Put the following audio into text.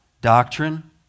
doctrine